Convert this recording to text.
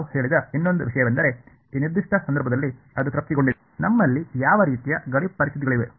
ನಾವು ಹೇಳಿದ ಇನ್ನೊಂದು ವಿಷಯವೆಂದರೆ ಈ ನಿರ್ದಿಷ್ಟ ಸಂದರ್ಭದಲ್ಲಿ ಅದು ತೃಪ್ತಿಗೊಂಡಿದೆ ನಮ್ಮಲ್ಲಿ ಯಾವ ರೀತಿಯ ಗಡಿ ಪರಿಸ್ಥಿತಿಗಳಿವೆ